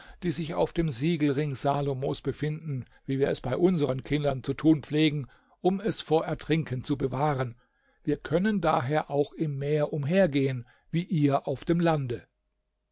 die sich auf dem siegelring salomos befinden wie wir es bei unsern kindern zu tun pflegen um es vor ertrinken zu bewahren wir können daher auch im meer umhergehen wie ihr auf dem lande